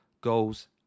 goals